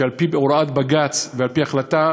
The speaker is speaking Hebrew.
שעל-פי הוראת בג"ץ ועל-פי החלטה,